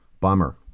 Bummer